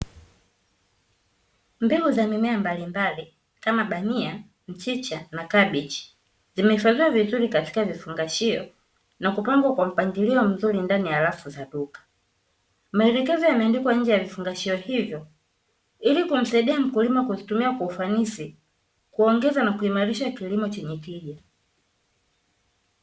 Mbegu za mimea mbalimbali kama: bamia, mchicha, na kabich; zimehifadhiwa vizuri katika vifungashio na kupangwa kwa mpangilio mzuri ndani ya rafu za duka. Maelekezo yameandikwa nje ya vifungashio hivyo ili kumsaidia mkulima kuzitumia kwa ufanisi, kuongeza na kuimarisha kilimo chenye tija.